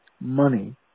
money